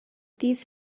these